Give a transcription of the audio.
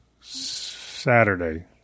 Saturday